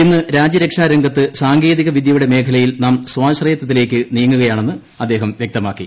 ഇന്ന് രാജ്യരക്ഷാ രംഗത്ത് സാങ്കേതിക വിദ്യയുടെ മേഖലയിൽ നാം സ്വാശ്രയത്വത്തിലേക്ക് നീങ്ങുകയാണെന്ന് അദ്ദേഹം വ്യക്തമാക്കി